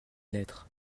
lettre